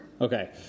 Okay